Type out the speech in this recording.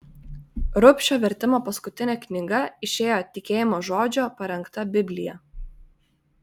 rubšio vertimo paskutinė knyga išėjo tikėjimo žodžio parengta biblija